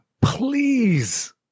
Please